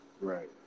Right